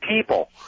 people